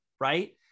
right